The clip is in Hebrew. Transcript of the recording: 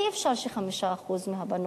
אי-אפשר, 5% מהבנות.